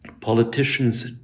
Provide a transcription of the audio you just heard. politicians